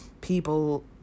people